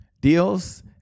Deals